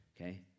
Okay